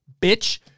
Bitch